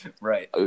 Right